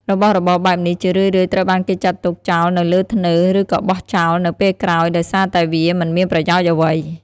របស់របរបែបនេះ ជារឿយៗត្រូវបានគេទុកចោលនៅលើធ្នើ ឬក៏បោះចោលនៅពេលក្រោយដោយសារតែវាមិនមានប្រយោជន៍អ្វី។